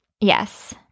yes